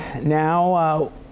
Now